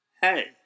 hey